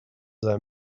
that